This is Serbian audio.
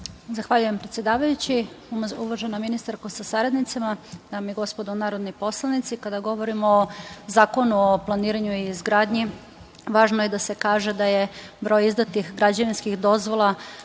Zahvaljujem predsedavajući, uvažena ministarko sa saradnicima, dame i gospodo narodni poslanici, kada govorimo o Zakonu o planiranju i izgradnji važno je da se kaže da je broj izdatih građevinskih dozvola